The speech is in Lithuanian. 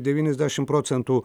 devyniasdešim procentų